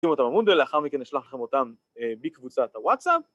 אני אשים אותם במודל, אחר מכן אשלח לכם אותם בקבוצת הוואטסאפ.